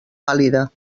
vàlida